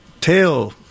tail